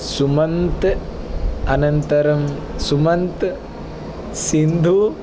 सुमन्त् अनन्तरं सुमन्त् सिन्धु